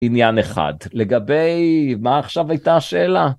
עניין אחד. לגבי... מה עכשיו הייתה השאלה?